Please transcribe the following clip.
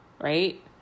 right